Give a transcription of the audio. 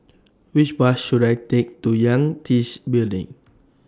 Which Bus should I Take to Yangtze Building